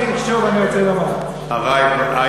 מכובדי.